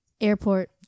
Airport